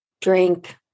drink